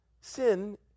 sin